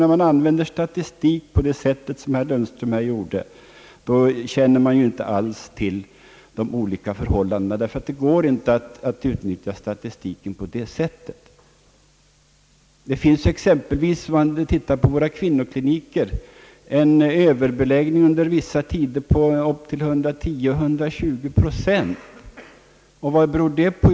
När man använder statistik så som herr Lundström här gjorde, då känner man inte alls till förhållandena; det går inte att utnyttja statistiken på ett sådant sätt. På våra kvinnokliniker finns det exempelvis under vissa tider en överbeläggning på upp till 110 å 120 procent. Vad beror det på?